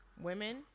women